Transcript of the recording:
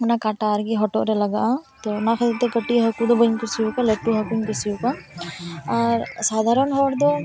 ᱚᱱᱟ ᱠᱟᱴᱟ ᱟᱨᱠᱤ ᱦᱚᱴᱚᱜ ᱨᱮ ᱞᱟᱦᱟᱜᱼᱟ ᱛᱚ ᱚᱱᱟ ᱠᱷᱟᱹᱛᱤᱨ ᱛᱮ ᱠᱟᱹᱴᱤᱡ ᱦᱟᱹᱠᱩ ᱫᱚ ᱵᱟᱹᱧ ᱠᱩᱥᱤᱣᱟᱠᱚᱣᱟ ᱞᱟᱹᱴᱩ ᱦᱟᱹᱠᱩᱧ ᱠᱩᱥᱤᱣᱟᱠᱚᱣᱟ ᱟᱨ ᱥᱟᱫᱷᱟᱨᱚᱱ ᱦᱚᱲ ᱫᱚ